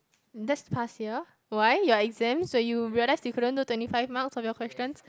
that's past year why your exam so you realize you couldn't do twenty five mark of your questions